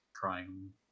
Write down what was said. trying